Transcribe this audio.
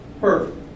perfect